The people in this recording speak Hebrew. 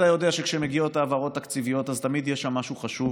אבל אתה יודע שכשמגיעות העברות תקציביות אז תמיד יש שם משהו חשוב,